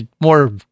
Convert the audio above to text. more